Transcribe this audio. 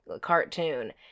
cartoon